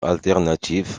alternative